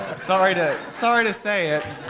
sorry to sorry to say it,